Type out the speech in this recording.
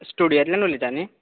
स्टुडयोंतल्यान उलयता न्हय